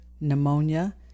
pneumonia